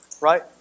right